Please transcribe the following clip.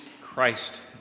Christ